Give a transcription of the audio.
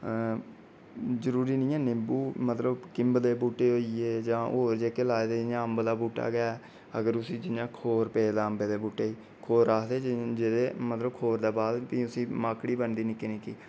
जरुरी नेईं ऐ निंबू मतलब किम्ब दे बूहटे होई गे जां होर जेह्के लाए दे जियां अम्ब दा बूह्टा गै ऐ होंदे अगर उसी जि'यां खौर पेदा अंबे दे बूहटे ई खौर आखदे जि'यां मतलब खौर दे बाद भी उसी माकड़ी बनदी निक्की निक्की